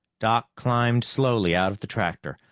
doc climbed slowly out of the tractor,